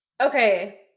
Okay